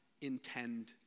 intend